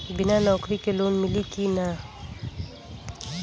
बिना नौकरी के लोन मिली कि ना?